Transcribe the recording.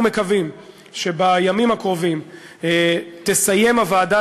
אנחנו מקווים שבימים הקרובים תסיים הוועדה